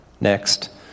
next